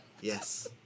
yes